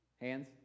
Hands